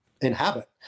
inhabit